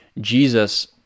Jesus